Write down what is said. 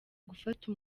gufata